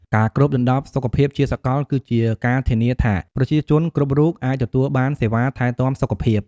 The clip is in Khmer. ការគ្របដណ្ដប់សុខភាពជាសកលគឺជាការធានាថាប្រជាជនគ្រប់រូបអាចទទួលបានសេវាថែទាំសុខភាព។